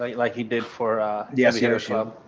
like he did for the seo show.